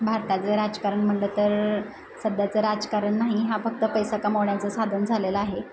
भारताचं राजकारण म्हणलं तर सध्याचं राजकारण नाही हा फक्त पैसा कमवण्याचं साधन झालेलं आहे